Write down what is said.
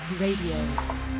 RADIO